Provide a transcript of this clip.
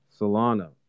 Solana